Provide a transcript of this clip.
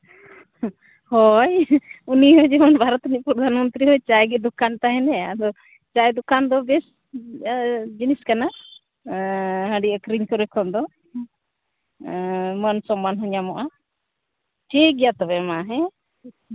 ᱦᱳᱭ ᱩᱱᱤ ᱦᱚᱸ ᱡᱮᱢᱚᱱ ᱵᱷᱟᱨᱚᱛ ᱨᱮᱱᱤᱡ ᱯᱨᱚᱫᱷᱟᱱ ᱢᱚᱱᱛᱨᱤ ᱦᱚᱸ ᱪᱟᱭ ᱜᱮ ᱫᱚᱠᱟᱱ ᱛᱟᱦᱮᱱ ᱮ ᱟᱫᱚ ᱪᱟᱭ ᱫᱚᱠᱟᱱ ᱫᱚ ᱵᱮᱥ ᱡᱤᱱᱤᱥ ᱠᱟᱱᱟ ᱦᱮᱸ ᱦᱟᱺᱰᱤ ᱟᱹᱠᱷᱨᱤᱧ ᱠᱚᱨᱮ ᱠᱷᱚᱱ ᱫᱚ ᱦᱮᱸ ᱢᱟᱹᱱ ᱥᱚᱢᱟᱱ ᱦᱚᱸ ᱧᱟᱢᱚᱜᱼᱟ ᱴᱷᱤᱠ ᱜᱮᱭᱟ ᱛᱚᱵᱮ ᱢᱟ ᱦᱮᱸ